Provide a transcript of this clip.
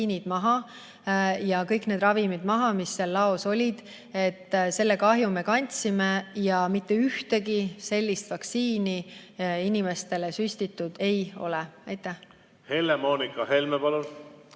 Helle-Moonika Helme, palun!